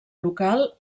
local